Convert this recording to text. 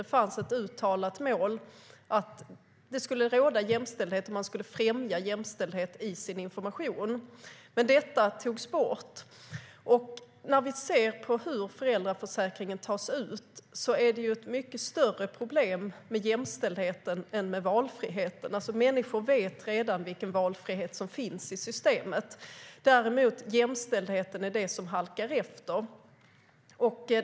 Det fanns ett uttalat mål att det skulle råda jämställdhet, och man skulle främja jämställdhet i sin information. Men detta togs bort. Vi kan se på hur föräldraförsäkringen tas ut. Det är ett mycket större problem med jämställdheten än med valfriheten. Människor vet redan vilken valfrihet som finns i systemet. Däremot halkar jämställdheten efter.